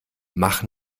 mach